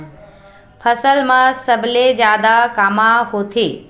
फसल मा सबले जादा कामा होथे?